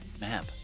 map